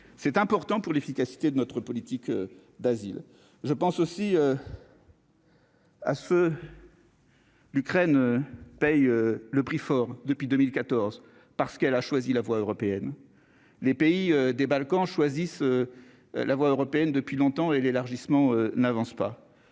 c'est important pour l'efficacité de notre politique d'asile je pense aussi. à feu. L'Ukraine paye le prix fort depuis 2014 parce qu'elle a choisi la voie européenne les pays des Balkans, choisissent la voie européenne depuis longtemps et l'élargissement n'avance pas.